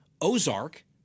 Ozark